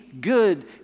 good